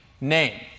name